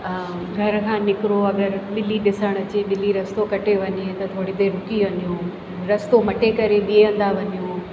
घर खां निकिरो अगरि ॿिली ॾिसणु अचे ॿिली रस्तो कटे वञे त थोरी देरि रुकी वञूं रस्तो मटे करे ॿिए हंधा वञूं